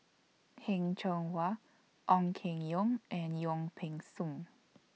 Heng Cheng Hwa Ong Keng Yong and Wong Peng Soon